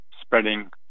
spreading